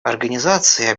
организация